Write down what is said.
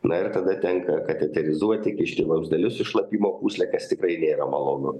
na ir tada tenka kateterizuoti įkišti vamzdelius į šlapimo pūslę kas tikrai nėra malonu